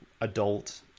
adult